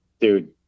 dude